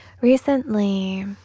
Recently